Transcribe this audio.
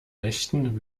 nächten